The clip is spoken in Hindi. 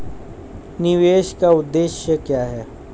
निवेश का उद्देश्य क्या है?